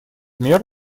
мер